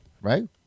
right